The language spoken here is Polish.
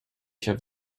się